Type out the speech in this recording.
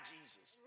Jesus